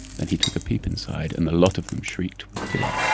then he took a peep inside and a lot of them shrieked with fear.